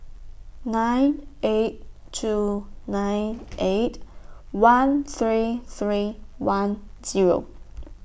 nine eight two nine eight one three three one Zero